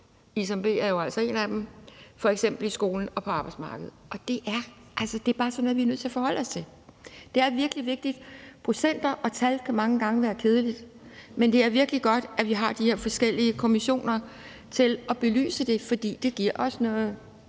Isam B er jo altså en af dem – f.eks. i skolen og på arbejdsmarkedet. Det er bare sådan noget, vi er nødt til at forholde os til. Det er virkelig vigtigt. Procenter og tal kan mange gange være kedeligt, men det er virkelig godt, at vi har de her forskellige kommissioner til at belyse det, fordi det giver os noget